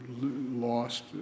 lost